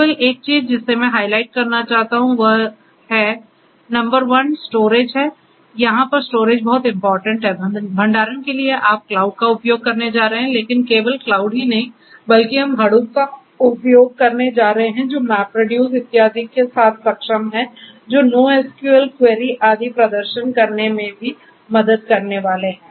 केवल एक चीज जिसे मैं हाइलाइट करना चाहता हूं वह नंबर 1 स्टोरेज है यहां पर स्टोरेज बहुत महत्वपूर्ण है भंडारण के लिए आप क्लाउड का उपयोग करने जा रहे हैं लेकिन केवल क्लाउड ही नहीं बल्कि हम Hadoop का उपयोग करने जा रहे हैं जो MapReduce इत्यादि के साथ सक्षम हैं जो NoSQL क्वेरी आदि प्रदर्शन करने में भी मदद करने वाले हैं